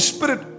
Spirit